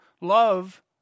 love